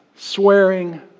swearing